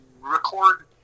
record